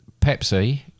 Pepsi